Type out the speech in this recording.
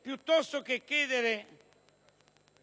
Piuttosto che chiedere